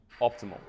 optimal